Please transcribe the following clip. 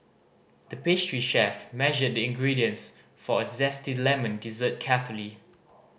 the pastry chef measured the ingredients for a zesty lemon dessert carefully